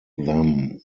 them